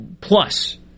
plus